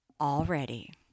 already